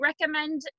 recommend